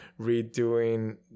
redoing